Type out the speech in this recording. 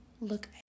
Look